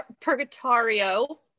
Purgatorio